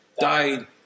died